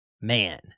man